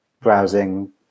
browsing